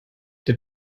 der